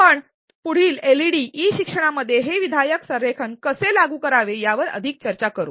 आपण पुढील LED e शिक्षणामध्ये हे विधायक संरेखन कसे लागू करावे यावर अधिक चर्चा करू